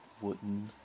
wooden